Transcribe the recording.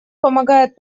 помогает